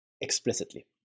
explicitly